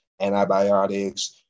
antibiotics